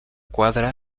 quadre